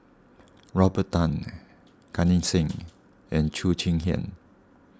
Robert Tan Gan Eng Seng and Cheo Chai Hiang